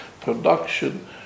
production